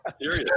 serious